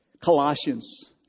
Colossians